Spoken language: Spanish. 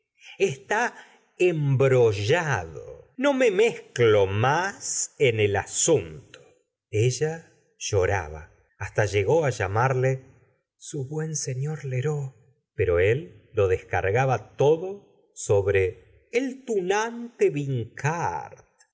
está embrollado no me mezclo más en el asunto ella lloraba hasta llegó á llamarle su buen señor lheur eux pero él lo descargaba todo sobre el tunante